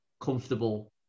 comfortable